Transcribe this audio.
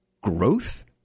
growth